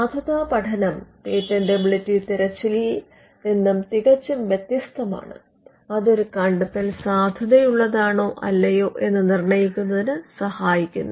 സാധുതാ പഠനം പേറ്റന്റബിലിറ്റി തിരച്ചിലിൽ നിന്നും തികച്ചും വ്യത്യസ്തമാണ് അത് ഒരു കണ്ടെത്തൽ സാധുതയുള്ളതാണോ അല്ലയോ എന്ന് നിർണ്ണയിക്കുന്നതിന് സഹായിക്കുന്നു